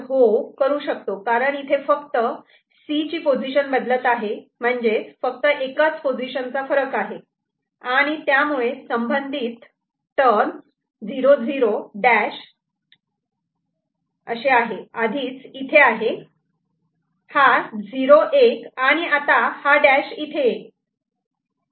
हो करू शकतो कारण इथे फक्त C ची पोझिशन बदलत आहे म्हणजे फक्त एकच पोझिशन चा फरक आहे आणि त्यामुळे त्यासंबंधित टर्म 0 0 डॅश आधीच इथे आहे हा 0 1 आणि आता हा डॅश इथे येईल